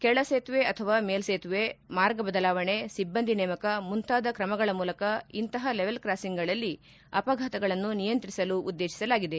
ಕೆಳ ಸೇತುವೆ ಅಥವಾ ಮೇಲ್ ಸೇತುವೆ ಮಾರ್ಗ ಬದಲಾವಣೆ ಸಿಬ್ಬಂದಿ ನೇಮಕ ಮುಂತಾದ ಕ್ರಮಗಳ ಮೂಲಕ ಇಂತಹ ಲೆವೆಲ್ ಕ್ರಾಸಿಂಗ್ಗಳಲ್ಲಿ ಅಪಘಾತಗಳನ್ನು ನಿಯಂತ್ರಿಸಲು ಉದ್ದೇಶಿಸಲಾಗಿದೆ